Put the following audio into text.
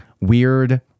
weird